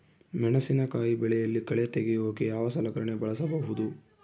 ಮೆಣಸಿನಕಾಯಿ ಬೆಳೆಯಲ್ಲಿ ಕಳೆ ತೆಗಿಯೋಕೆ ಯಾವ ಸಲಕರಣೆ ಬಳಸಬಹುದು?